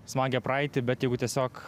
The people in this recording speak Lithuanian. smagią praeitį bet jeigu tiesiog